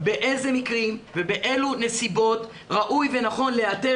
באיזה מקרים ובאילו נסיבות ראוי ונכון להיעתר